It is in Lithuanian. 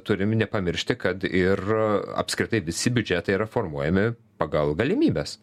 turime nepamiršti kad ir apskritai visi biudžetai yra formuojami pagal galimybes